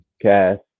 cast